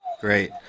great